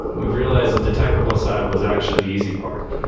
we've realized that the technical side was actually the easy part.